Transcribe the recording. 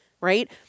right